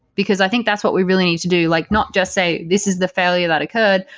because i think that's what we really need to do, like not just say this is the failure that occurred,